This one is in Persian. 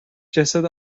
جسد